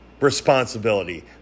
responsibility